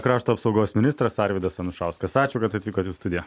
krašto apsaugos ministras arvydas anušauskas ačiū kad atvykot į studiją